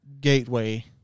gateway